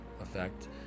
effect